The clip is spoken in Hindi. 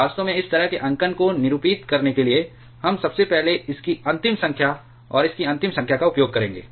वास्तव में इस तरह के अंकन को निरूपित करने के लिए हम सबसे पहले इस की अंतिम संख्या और इस की अंतिम संख्या का उपयोग करेंगे